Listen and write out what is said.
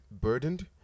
burdened